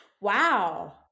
wow